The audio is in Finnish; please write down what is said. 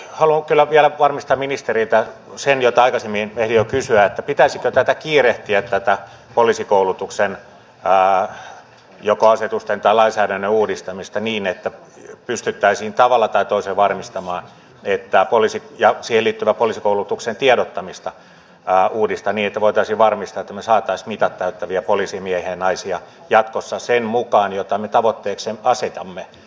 haluan kyllä vielä varmistaa ministeriltä sen mitä aikaisemmin ehdin jo kysyä että pitäisikö tätä poliisikoulutuksen joko asetusten tai lainsäädännön uudistamista kiirehtiä niin että pystyttäisiin tavalla tai toisella varmistamaan että poliisin ja siihen liittyvän poliisikoulutuksen tiedottamista uudistetaan niin että me saisimme mitat täyttäviä poliisimiehiä ja naisia jatkossa sen mukaan mitä me tavoitteeksemme asetamme